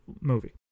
movie